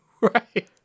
right